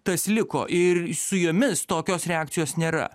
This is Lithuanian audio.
tas liko ir su jomis tokios reakcijos nėra